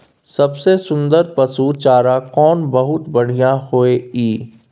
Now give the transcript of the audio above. सबसे सुन्दर पसु चारा कोन बहुत बढियां होय इ?